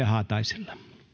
haataisella